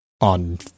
on